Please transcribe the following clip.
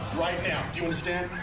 right now, do you understand?